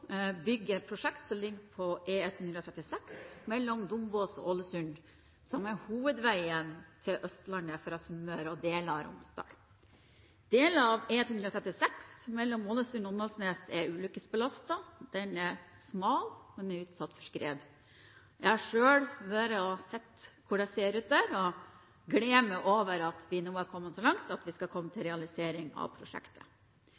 et prosjekt som ligger på E136 mellom Dombås og Ålesund, som er hovedveien til Østlandet fra Sunnmøre og deler av Romsdal. Deler av E136 mellom Ålesund og Åndalsnes er ulykkesbelastet. Veien er smal, og den er utsatt for skred. Jeg har selv vært og sett hvordan det ser ut der og gleder meg over at vi nå har kommet så langt at vi skal